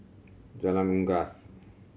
Jalan Unggas